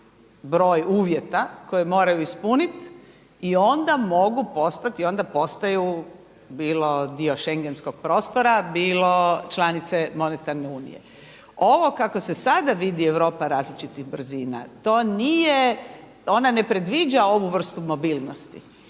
broj uvjeta koje moraju ispuniti i onda mogu postati i onda postaju bilo dio schengenskog prostora bilo članice Monetarne unije. Ovo kako se sada vidi Europa različitih brzina, to nije, ona ne predviđa ovu vrstu mobilnosti.